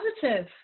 positive